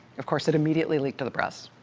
of course, it immediately leaked to the press.